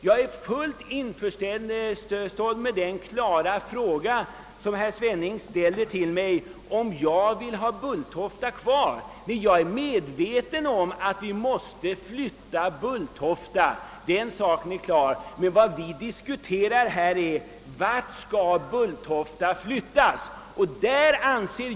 Herr Svenning ställde en fråga till mig, nämligen om jag ville ha Bulltofta kvar. Nej, jag är medveten om att Bulltofta måste flyttas — den saken är klar. Men vad vi diskuterar här är vart Bulltofta skall flyttas.